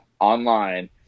online